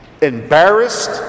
Embarrassed